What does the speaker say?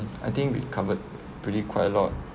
I think we covered pretty quite a lot